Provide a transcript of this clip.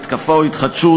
מתקפה או התחדשות?